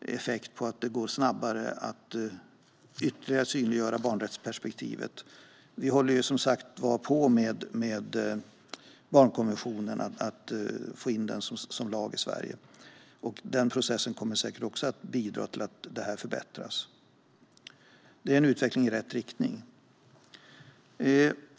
effekten att det går snabbare att synliggöra barnrättsperspektivet ytterligare. Vi håller ju som sagt på med att få in barnkonventionen som lag i Sverige. Den processen kommer säkert också att bidra till att det här förbättras. Det är en utveckling i rätt riktning.